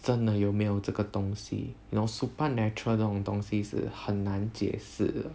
真的有没有这个东西 you know supernatural 这种东西是很难解释的